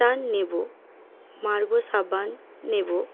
টা নেব মারগো সাবান নেবো